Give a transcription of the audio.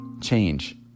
Change